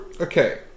okay